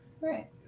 right